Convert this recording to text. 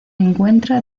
encuentra